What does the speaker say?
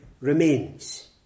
remains